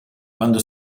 quando